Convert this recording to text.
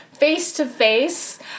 face-to-face